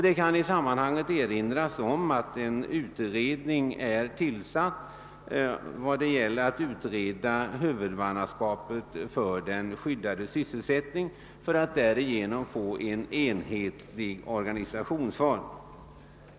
Det kan i sammanhanget erinras om att en utredning är tillsatt med uppgift att utreda huvudmannaskapet för den skyddade sysselsättningen, så att det kan skapas en enhetlig organisationsform.